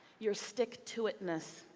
your stick-to-it-ness,